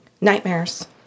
nightmares